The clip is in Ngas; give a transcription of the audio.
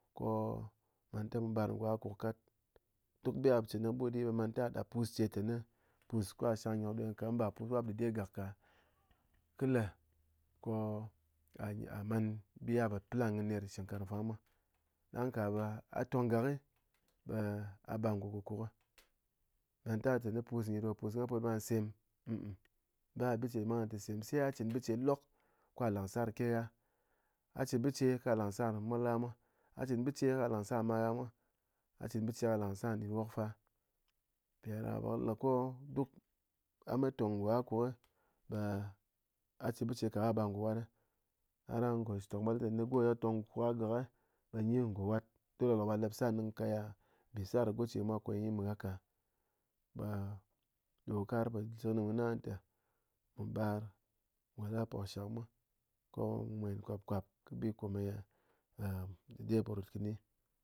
Ko mantang mu ɓar ngo akuk kat, duk bi ghá po chɨn kɨni kɨ but di ɓe mantang ghá dap pus che téne pus ko ghá shang nyok ɗo nyi kanɗang ba pus wap kɨ dɨde gak ka, kɨ le ko ghá man bi ghá po plan kɨ nyi ner shɨk nkarng fa mwa, dang ka be a tong gak be a bar ngo kukuk, mantang a tenɨ pus nyi do pus ghá put be ghá sem eh eh ba bice mwa nang nte sem, sai ghá chɨn bice lok ko ghá láng sar nkeghá, a chɨn bice ko ghá láng sar mol ghá mwa, a chɨn bice ko ghá láng sar mal ghá mwa, a chɨn bice ko ghá láng sar ndɨn wok fa, mpiɗádaká ɓe kɨ le ko duk a met tong ngo akuk a chɨn bice ka ɓe a bar ngo wat a dáng ngo shitok mwa lɨne go ye tong ko a gak be nyi ngo wat, dole be lok ɓa lɨp sar nɨng kaya nbi sar goce mwa koye meghá ka ɓe ɗo kar te wou bar ngo la po kɨ shak mwa, ko wu mwen nkwápkwáp bi kome ye dɨde po rot kɨni.